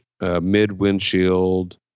mid-windshield